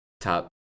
top